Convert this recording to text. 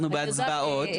אנחנו בהצבעות.